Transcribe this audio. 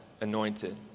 anointed